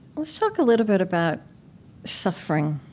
let's talk a little bit about suffering,